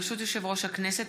ברשות יושב-ראש הכנסת,